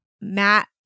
Matt